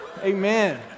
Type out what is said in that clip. Amen